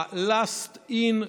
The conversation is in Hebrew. ה-Last in,